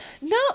No